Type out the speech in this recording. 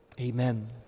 Amen